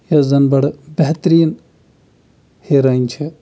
یۄس زَن بَڑٕ بہتریٖن ہیٖرٲن چھِ